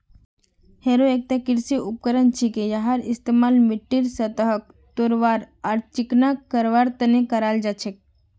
harrow एकता कृषि उपकरण छिके यहार इस्तमाल मिट्टीर सतहक तोड़वार आर चिकना करवार तने कराल जा छेक